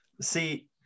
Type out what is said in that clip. See